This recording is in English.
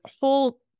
whole